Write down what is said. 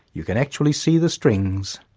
you can actually see the strings.